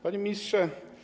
Panie Ministrze!